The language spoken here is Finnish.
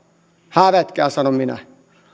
hävetkää sanon minä